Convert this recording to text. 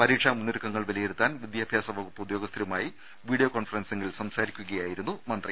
പരീക്ഷാ മുന്നൊരുക്കങ്ങൾ വിലയിരുത്താൻ വിദ്യാഭ്യാസ വകുപ്പ് ഉദ്യോഗസ്ഥരുമായി വീഡിയോ കോൺഫറൻസിൽ സംസാരിക്കുകയായിരുന്നു മന്ത്രി